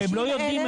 הם לא יודעים,